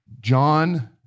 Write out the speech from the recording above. John